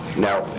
now,